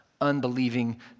unbelieving